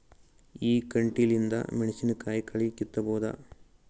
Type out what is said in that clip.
ಈ ಕಂಟಿಲಿಂದ ಮೆಣಸಿನಕಾಯಿ ಕಳಿ ಕಿತ್ತಬೋದ?